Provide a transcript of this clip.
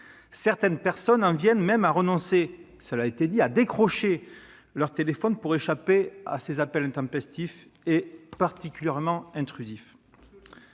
certaines personnes en viennent même à renoncer à décrocher leur téléphone pour échapper à ces appels intempestifs et particulièrement intrusifs.